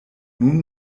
nun